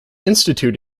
institute